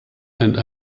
and